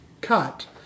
cut